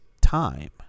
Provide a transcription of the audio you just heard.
time